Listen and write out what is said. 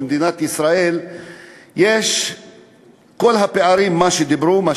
במדינת ישראל יש כל הפערים שדיברו עליהם,